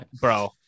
bro